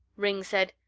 ringg said,